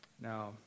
Now